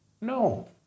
No